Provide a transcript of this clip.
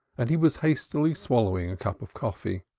and he was hastily swallowing a cup of coffee.